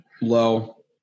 low